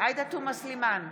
עאידה תומא סלימאן,